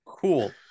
Cool